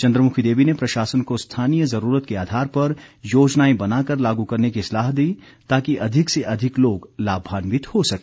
चंद्रमुखी देवी ने प्रशासन को स्थानीय जरूरत के आधार पर योजनाएं बनाकर लागू करने की सलाह दी ताकि अधिक से अधिक लोग लाभान्वित हो सके